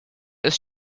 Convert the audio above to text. was